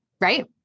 right